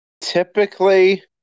Typically